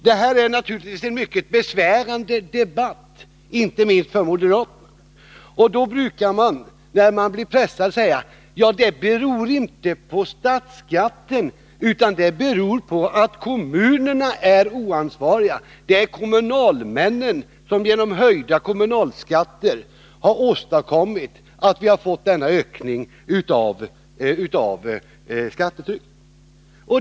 Det här är naturligtvis en mycket besvärande debatt, inte minst för moderaterna, och därför brukar man när man blir pressad säga: Det beror inte på statsskatten, utan det beror på att kommunerna är oansvariga. Det är kommunalmännen som genom höjda kommunalskatter har åstadkommit att vi har fått denna ökning av skattetrycket.